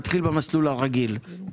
נתחיל במסלול הרגיל.